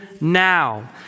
now